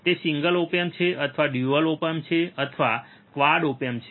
તે single op amp છે અથવા તે ડ્યુઅલ ઓપ એએમપી છે અથવા તે ક્વાડ ઓપ એમ્પમાં છે